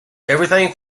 everything